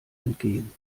entgehen